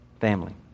family